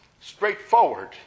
Straightforward